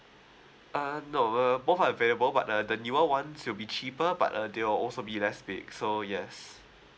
uh no uh both are available but uh the newer one to be cheaper but uh there will also be less pick so yes